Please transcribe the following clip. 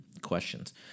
questions